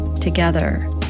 Together